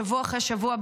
שבוע אחרי שבוע,